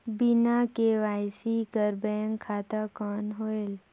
बिना के.वाई.सी कर बैंक खाता कौन होएल?